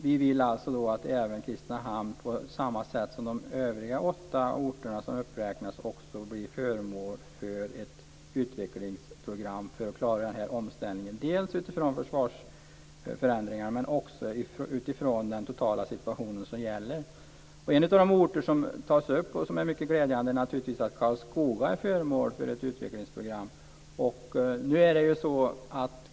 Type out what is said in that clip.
Vi vill att även Kristinehamn på samma sätt som de övriga åtta orter som räknas upp blir föremål för ett utvecklingsprogram för att klara omställningen dels utifrån försvarsförändringarna, dels utifrån den totala situation som gäller. En av de orter som tas upp, och som är mycket glädjande, är Karlskoga, som blir föremål för ett utvecklingsprogram.